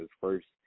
first